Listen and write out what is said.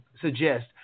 suggest